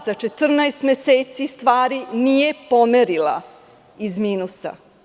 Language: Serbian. Za 14 meseci Vlada stvari nije pomerila iz minusa.